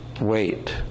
wait